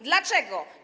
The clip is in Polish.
Dlaczego?